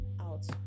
out